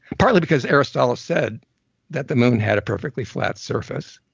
partly because aristotle said that the moon had a perfectly flat surface